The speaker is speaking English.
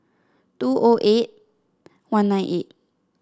two O eight one nine eight